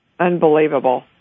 Unbelievable